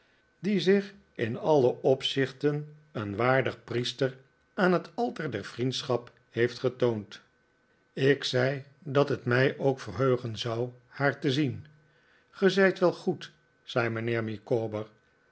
die zich in alle opzichten een waardig priester aan het altaar der vriendschap heeft getoond ik zei dat het mij ook verheugen zou haar te zien ge zijt wel goed zei mijnheer